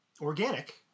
organic